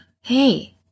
hey